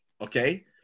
Okay